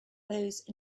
those